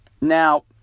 Now